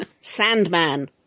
Sandman